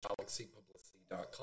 galaxypublicity.com